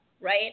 Right